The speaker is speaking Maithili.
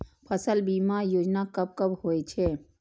फसल बीमा योजना कब कब होय छै?